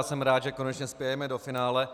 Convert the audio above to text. Jsem rád, že konečně spějeme do finále.